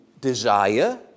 desire